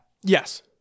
Yes